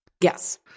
Yes